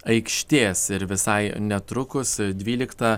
aikštės ir visai netrukus dvyliktą